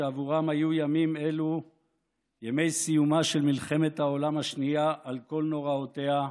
שעבורם היו ימים אלו ימי סיומה של מלחמת העולם השנייה על כל נוראותיה,